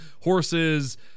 Horses